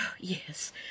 yes